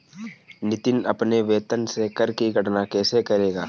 नितिन अपने वेतन से कर की गणना कैसे करेगा?